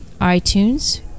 iTunes